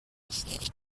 ist